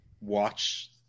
watch